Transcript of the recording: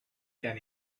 can